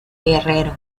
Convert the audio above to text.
guerrero